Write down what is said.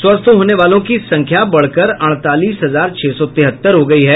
स्वस्थ होने वालों की संख्या बढ़कर अड़तालीस हजार छह सौ तिहत्तर हो गयी है